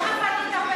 לא, את הפייסבוק.